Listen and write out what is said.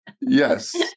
Yes